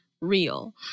real